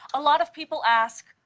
a lot of people ask,